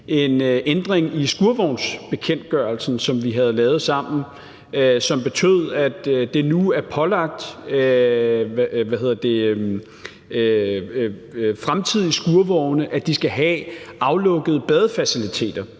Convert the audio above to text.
en ændring i skurvognsbekendtgørelsen, som vi havde lavet sammen, og som betød, at det nu er pålagt, at fremtidige skurvogne skal have aflukkede badefaciliteter.